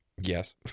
Yes